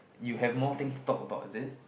you have more things talk about is it